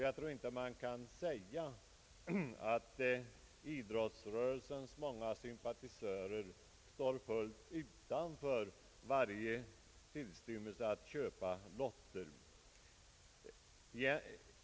Jag tror inte att det kan sägas att idrottsrörelsens många sympatisörer står utanför varje tillstymmelse till intresse för att köpa lotter.